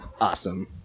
awesome